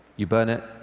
you burn it,